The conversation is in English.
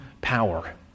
power